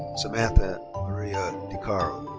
samantha um maria dicaro.